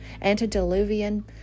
antediluvian